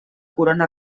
corona